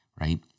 right